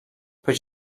però